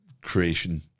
creation